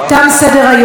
תם סדר-היום.